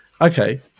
okay